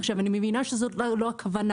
אני מבינה שזאת לא הכוונה